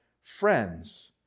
friends